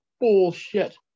bullshit